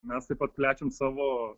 mes taip pat plečiam savo